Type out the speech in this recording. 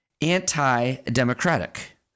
Anti-democratic